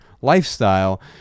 lifestyle